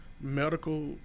medical